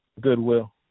goodwill